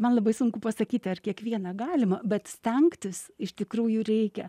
man labai sunku pasakyti ar kiekvieną galima bet stengtis iš tikrųjų reikia